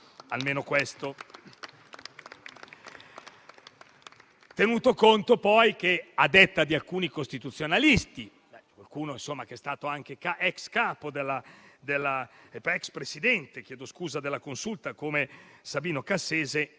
Tenuto conto poi che, a detta di alcuni costituzionalisti (qualcuno è stato anche Presidente della Consulta, come Sabino Cassese),